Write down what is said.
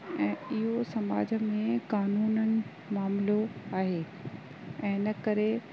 ऐं इहो समाज में कानूनन मामिलो आहे ऐं इन करे